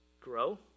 grow